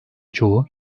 çoğu